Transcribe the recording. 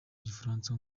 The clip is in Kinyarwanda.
gifaransa